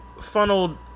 funneled